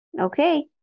Okay